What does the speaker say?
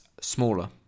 smaller